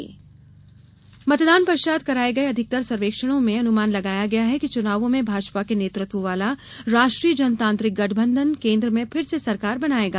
चुनाव सर्वेक्षण मतदान पश्चात कराये गये अधिकतर सर्वेक्षणों में अनुमान लगाया गया है कि चुनावों में भाजपा के नेतृत्व वाला राष्ट्रीय जनतांत्रिक गठबंधन केन्द्र में फिर से सरकार बनायेगा